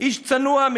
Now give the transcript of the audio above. איש צנוע,